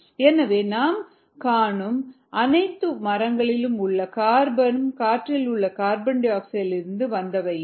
எனவே நாம் காணும் காணும் அனைத்து மரங்களில் உள்ள கார்பனும் காற்றில் உள்ள CO2 இலிருந்து வந்தவையே